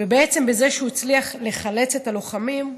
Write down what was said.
בעצם בזה שהוא הצליח לחלץ את הלוחמים,